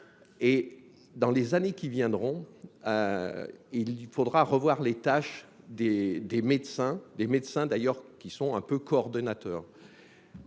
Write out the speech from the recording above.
et dans les années qui viendront, il lui faudra revoir les tâches des des médecins, des médecins d'ailleurs qui sont un peu coordonnateur